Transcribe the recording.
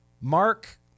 Mark